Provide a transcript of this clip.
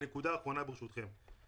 נקודה אחרונה, ברשותכם.